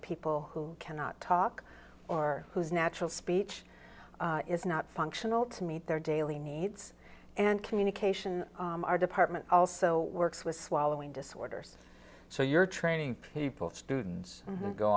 people who cannot talk or whose natural speech is not functional to meet their daily needs and communication our department also works with swallowing disorders so you're training people students